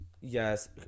Yes